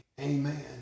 amen